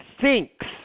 thinks